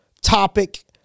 topic